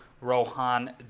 Rohan